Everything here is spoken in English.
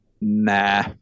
Nah